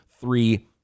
three